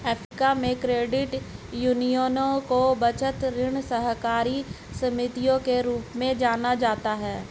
Africa में, credit यूनियनों को बचत, ऋण सहकारी समितियों के रूप में जाना जाता है